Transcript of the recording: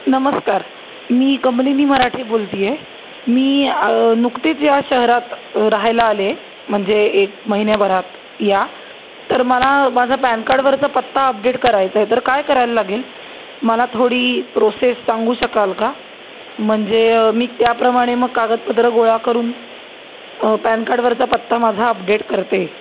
नमस्कार मी कमलिनी मराठे बोलते आहे मी नुकतेच या शहरात राहायला आले म्हणजे एक महिन्याभरात या तर मला माझा पॅन कार्डवरचा पत्ता अपडेट करायचा आहे तर काय करायला लागेल मला थोडी प्रोसेस सांगू शकाल का म्हणजे मी त्याप्रमाणे मग कागदपत्रं गोळा करून पॅन कार्डवरचा पत्ता माझा अपडेट करते